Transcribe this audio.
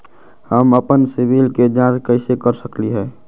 हम अपन सिबिल के जाँच कइसे कर सकली ह?